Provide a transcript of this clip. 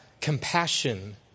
compassion